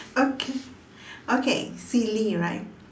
okay okay silly right